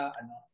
ano